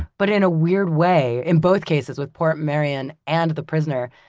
but in a weird way, in both cases, with portmeirion and the prisoner,